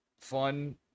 Fun